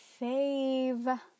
fave